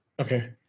Okay